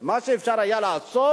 מה שאפשר היה לעשות,